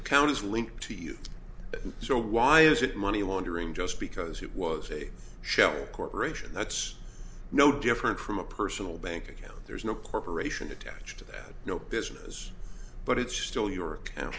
as linked to you so why is it money laundering just because it was a shell corporation that's no different from a personal bank account there's no corporation attached to that no business but it's still your